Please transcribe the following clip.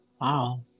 Wow